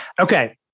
Okay